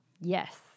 Yes